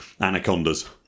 Anacondas